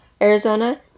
Arizona